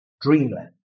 dreamland